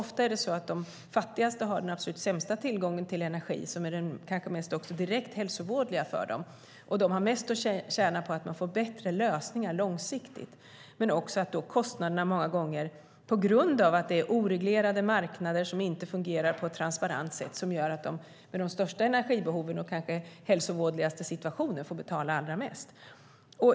Ofta är det ju så att de fattigaste har absolut sämst tillgång till energi, vilken dessutom kanske är direkt hälsovådlig för dem. De har därför mest att tjäna på att man får bättre lösningar långsiktigt. Många gånger handlar det också om att oreglerade marknader som inte fungerar på ett transparent sätt gör att de med de största energibehoven och den kanske hälsovådligaste situationen får betala allra mest.